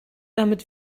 damit